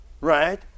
Right